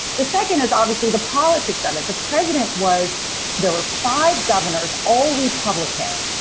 the second is obviously the politics of it. the president was there were five governors, all republican,